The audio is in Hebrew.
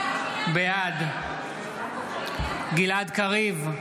בעד גלעד קריב,